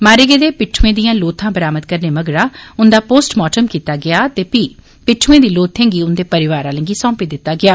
मारे गेदे पिट्ठुएं दियां लोथां बरामद करने मगरा उंदा पोस्टमार्टम कीता गेआ ते फ्ही पिट्ठएं दी लोथें गी उंदे परिवार आलें गी सौंपी दित्ता गेआ